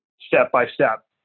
step-by-step